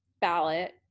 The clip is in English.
ballot